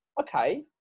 okay